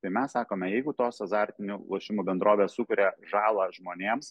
tai mes sakome jeigu tos azartinių lošimų bendrovės sukuria žalą žmonėms